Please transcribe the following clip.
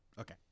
Okay